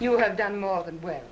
you have done more than whe